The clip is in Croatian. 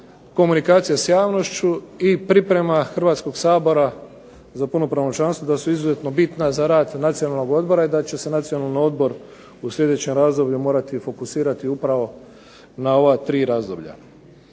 komunikacija s javnošću i priprema Hrvatskog sabora za punopravno članstvo, da su izuzetno bitna za rad Nacionalnog odbora i da će se Nacionalni odbor u sljedećem razdoblju morati fokusirati upravo na ova tri razdoblja.